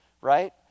right